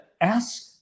Ask